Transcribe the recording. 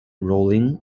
rolling